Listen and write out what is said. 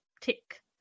tick